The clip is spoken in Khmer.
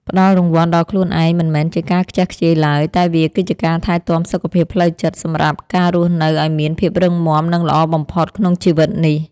ផ្ដល់រង្វាន់ដល់ខ្លួនឯងមិនមែនជាការខ្ជះខ្ជាយឡើយតែវាគឺជាការថែទាំសុខភាពផ្លូវចិត្តសម្រាប់ការរស់នៅឱ្យមានភាពរឹងមាំនិងល្អបំផុតក្នុងជីវិតនេះ។